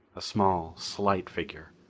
a small, slight figure.